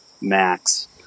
Max